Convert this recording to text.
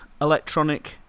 electronic